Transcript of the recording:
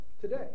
today